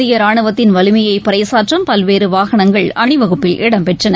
இந்தியராணுவத்தின் வலிமையைபறைசாற்றும் பல்வேறுவாகனங்கள் அணிவகுப்பில் இடம்பெற்றன